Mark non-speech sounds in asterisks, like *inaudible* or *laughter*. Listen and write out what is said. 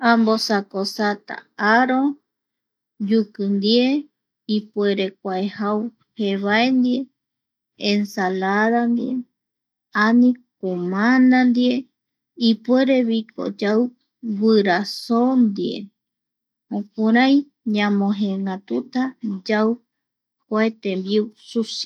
Ambosakosata aro, yuki ndie, ipuere kua jau jevae ndie, ensalada ndie ani kumanda ndie, ipuereviko yau guira soo ndive *noise* jokurai ñamojëëngatuta yau kua tembiu susi.